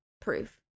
proof